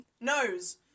Nose